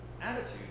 attitude